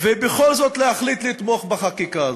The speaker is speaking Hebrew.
ובכל זאת להחליט לתמוך בחקיקה הזאת.